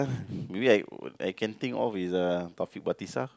maybe I I can think of is Taufik-Batisah